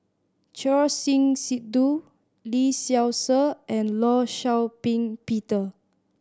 Choor Singh Sidhu Lee Seow Ser and Law Shau Ping Peter